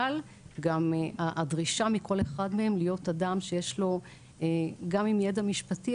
אבל גם הדרישה מכל אחד מהם להיות אדם שיש לו גם עם ידע משפטי,